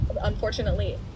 unfortunately